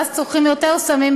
ואז צורכים יותר סמים,